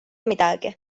midagi